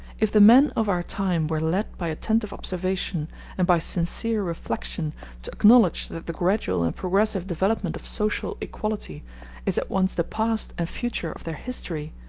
if the men of our time were led by attentive observation and by sincere reflection to acknowledge that the gradual and progressive development of social equality is at once the past and future of their history,